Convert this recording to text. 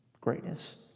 Greatness